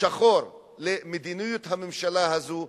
שחור על מדיניות הממשלה הזו,